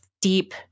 deep